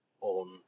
on